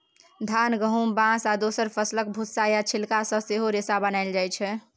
धान, गहुम, बाँस आ दोसर फसलक भुस्सा या छिलका सँ सेहो रेशा बनाएल जाइ छै